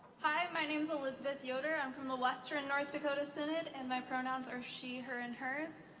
hi, my name's elizabeth yoder um from the western north dakota synod and my pronouns are she, her and hers.